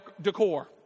decor